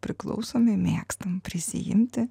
priklausome mėgstame prisiimti